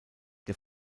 der